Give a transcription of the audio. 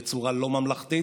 בצורה לא ממלכתית.